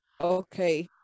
okay